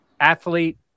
Athlete